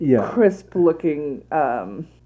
crisp-looking